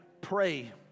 pray